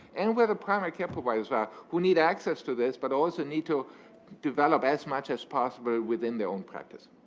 and where the primary care providers are who need access to this but also need to develop as much as possible within their own practice.